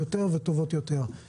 עצות טובות ועצות טובות יותר.